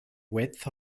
width